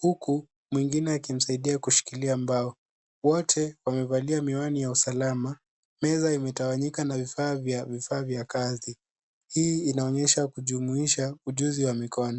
huku mwingine akimsaidia kushikilia mbao. Wote wamevalia miwani ya usalama. Meza imetawanyika na vifaa vya- vifaa vya kazi. Hii inaonyesha kujumuisha ujuzi wa mikono.